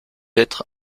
être